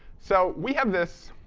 so we have this